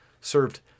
served